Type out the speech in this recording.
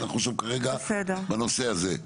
אנחנו כרגע בנושא הזה.